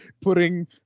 putting